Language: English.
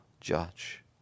judge